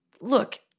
look